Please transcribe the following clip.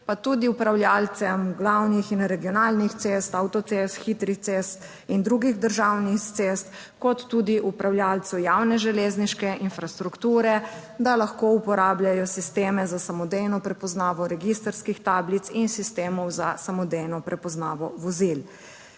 pa tudi upravljavcem glavnih in regionalnih cest, avtocest, hitrih cest in drugih državnih cest kot tudi upravljavcu javne železniške infrastrukture, da lahko uporabljajo sisteme za samodejno prepoznavo registrskih tablic in sistemov za samodejno prepoznavo vozil.